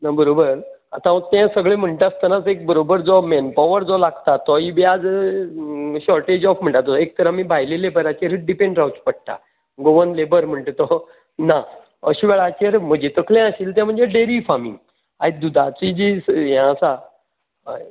ना बरोबर आतां हांव तें सगलें म्हणटा आसतनाच एक बरोबर जो मेन पावर जो आसता तोवूय बी आज शाॅर्टेज ऑफ म्हणटा तो एक तर आमी भायले लेबरांचेरच डिपेंड रावचें पडटा गोवन लेबर म्हणटा तो ना अशें वेळाचेर म्हजें तकलेन आशिल्लें तें म्हणजे डेरी फार्मींग आयज दुदाची जी यें आसा हय